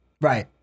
Right